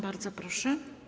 Bardzo proszę.